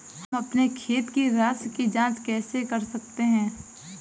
हम अपने खाते की राशि की जाँच कैसे कर सकते हैं?